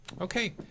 Okay